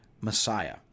Messiah